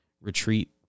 retreat